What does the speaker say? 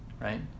right